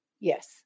Yes